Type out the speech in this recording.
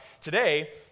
today